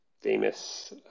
famous